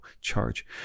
charge